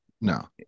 No